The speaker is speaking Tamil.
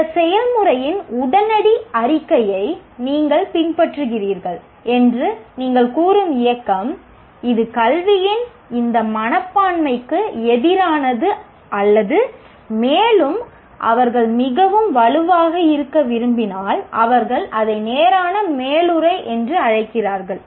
இந்த செயல்முறையின் உடனடி அறிக்கையை நீங்கள் பின்பற்றுகிறீர்கள் என்று நீங்கள் கூறும் இயக்கம் இது கல்வியின் இந்த மனப்பான்மைக்கு எதிரானது அல்லது மேலும் அவர்கள் மிகவும் வலுவாக இருக்க விரும்பினால் அவர்கள் அதை நேரான மேலுறை என்று அழைக்கிறார்கள்